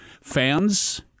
fans